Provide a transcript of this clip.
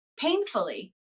painfully